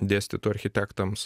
dėstytų architektams